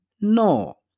No